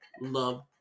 love